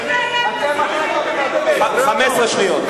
אתה לא תנהל שיחות.